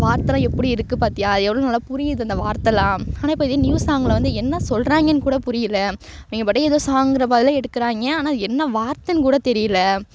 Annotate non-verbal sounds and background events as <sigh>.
வார்த்தலான் எப்படி இருக்குது பார்த்தியா அது எவ்வளோ நல்லா புரியுது இந்த வார்த்தலான் ஆனால் இப்போ இதே நியூ சாங்கில் வந்து என்ன சொல்லுறாங்கனு கூட புரியலை அவங்க பாட்டுக்கு எதோ சாங்கிறப்போ <unintelligible> எடுக்கிறாங்கே ஆனால் என்ன வார்த்தை கூட தெரியலை